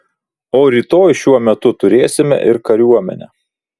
o rytoj šiuo metu turėsime ir kariuomenę